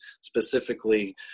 specifically